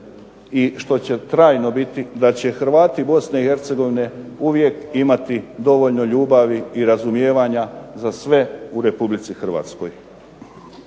i što će trajno biti da će Hrvati Bosne i Hercegovine uvijek imati dovoljno ljubavi i razumijevanja za sve u Republici Hrvatskoj.